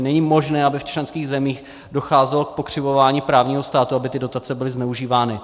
Není možné, aby v členských zemích docházelo k pokřivování právního státu, aby ty dotace byly zneužívány.